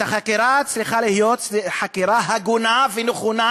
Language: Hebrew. החקירה צריכה להיות חקירה הגונה ונכונה